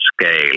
scale